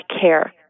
care